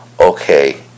okay